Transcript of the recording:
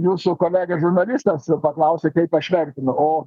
jūsų kolega žurnalistas paklausė kaip aš vertinu o